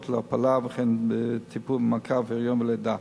להפלה וכן טיפול של מעקב היריון ולידה.